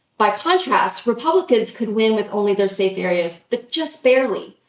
by contrast, republicans could win with only those safe areas, but just barely.